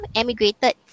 emigrated